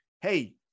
Hey